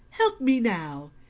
help me now,